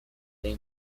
they